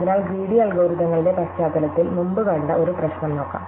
അതിനാൽ ഗ്രീടി അൽഗോരിതങ്ങളുടെ പശ്ചാത്തലത്തിൽ മുമ്പ് കണ്ട ഒരു പ്രശ്നം നോക്കാം